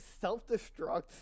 self-destruct